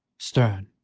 stern,